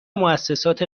موسسات